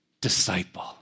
Disciple